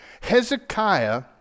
Hezekiah